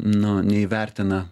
nu neįvertina